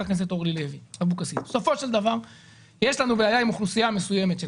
הכנסת אורלי לוי אבקסיס בסופו של דבר יש לנו בעיה עם אוכלוסייה מסוימת של